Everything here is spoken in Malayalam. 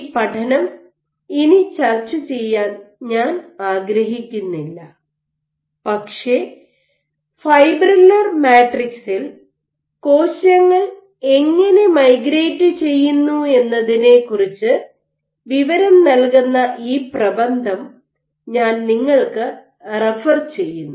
ഈ പഠനം ഇനി ചർച്ചചെയ്യാൻ ഞാൻ ആഗ്രഹിക്കുന്നില്ല പക്ഷേ ഫൈബ്രില്ലർ മെട്രിക്സിൽ കോശങ്ങൾ എങ്ങനെ മൈഗ്രേറ്റ് ചെയ്യുന്നു എന്നതിനെക്കുറിച്ച് വിവരം നൽകുന്ന ഈ പ്രബന്ധം ഞാൻ നിങ്ങൾക്ക് റഫർ ചെയ്യുന്നു